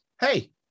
hey